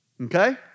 Okay